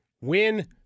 win